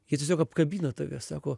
jie tiesiog apkabina tave sako